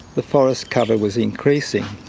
the forest cover was increasing.